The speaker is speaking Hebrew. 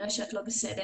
כנראה שאת לא בסדר'.